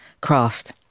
craft